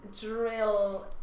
drill